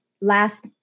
last